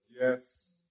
Yes